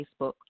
Facebook